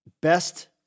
Best